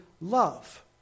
love